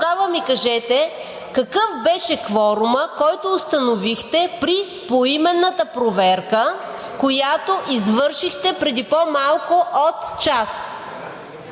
тогава ми кажете какъв беше кворумът, който установихте при поименната проверка, която извършихте преди по-малко от час?